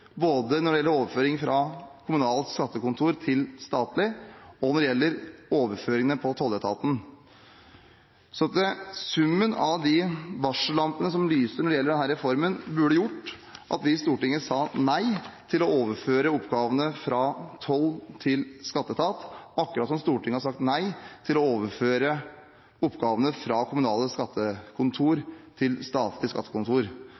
både når det gjelder overføring fra kommunalt skattekontor til statlig, og når det gjelder overføringene på tolletaten. Så summen av de varsellampene som lyser når det gjelder denne reformen, burde gjort at vi i Stortinget sa nei til å overføre oppgavene fra toll- til skatteetat, akkurat som Stortinget har sagt nei til å overføre oppgavene fra kommunalt skattekontor til statlig skattekontor.